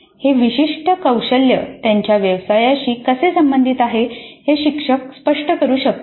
हे विशिष्ट कौशल्य त्यांच्या व्यवसायाशी कसे संबंधित आहे हे शिक्षक स्पष्ट करू शकतात